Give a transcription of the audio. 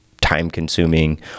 time-consuming